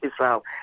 Israel